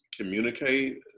communicate